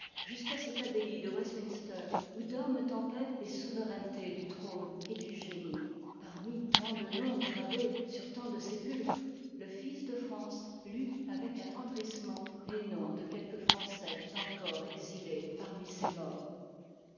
jusqu'à cette abbaye de westminster où dorment en paix lès souverainetés du trône et du génie parmi tant de noms gravés sur tant de sépulcres le fils de france lui avec attendrissement les noms de quelques français encore exilés parmi ces morts